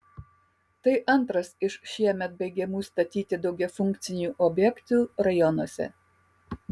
tai antras iš šiemet baigiamų statyti daugiafunkcių objektų rajonuose